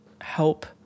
help